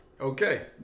Okay